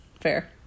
fair